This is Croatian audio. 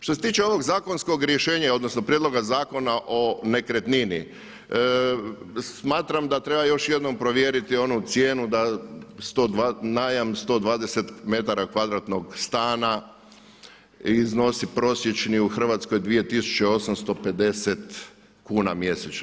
Što se tiče ovog zakonskog rješenja odnosno prijedloga Zakona o nekretnini smatram da treba još jednom provjeriti onu cijenu da najam 120 metara kvadratnog stana iznosi prosječni u Hrvatskoj 2850 kuna mjesečno.